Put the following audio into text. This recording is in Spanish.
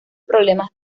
problemas